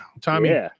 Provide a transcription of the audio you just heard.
tommy